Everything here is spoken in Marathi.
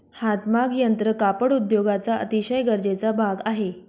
हातमाग यंत्र कापड उद्योगाचा अतिशय गरजेचा भाग आहे